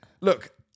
Look